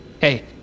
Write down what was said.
Hey